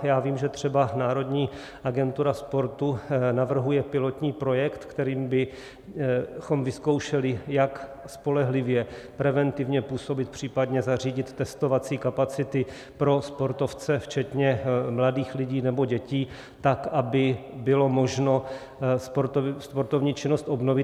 Já vím, že třeba národní agentura sportu navrhuje pilotní projekt, kterým bychom vyzkoušeli, jak spolehlivě preventivně působit, případně zařídit testovací kapacity pro sportovce včetně mladých lidí nebo dětí, tak aby bylo možno sportovní činnost obnovit.